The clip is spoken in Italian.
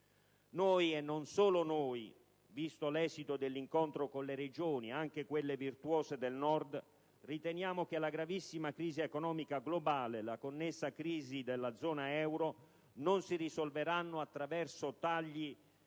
Noi e non solo noi, visto l'esito dell'incontro con le Regioni, comprese anche quelle virtuose del Nord, riteniamo che la grandissima crisi economica globale e la connessa crisi della zona euro non si risolveranno attraverso tagli